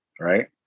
right